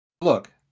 Look